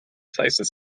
sizes